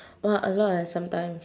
!wah! a lot eh sometimes